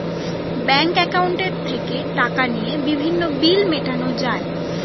bank অ্যাকাউন্টে থেকে টাকা নিয়ে বিভিন্ন বিল মেটানো যায়